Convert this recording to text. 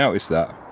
noticed that?